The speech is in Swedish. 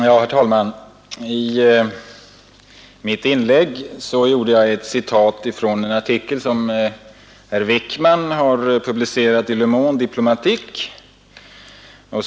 Herr talman! I mitt inlägg anförde jag ett citat från en artikel som herr Wickman har publicerat i Le Monde Diplomatique.